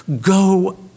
go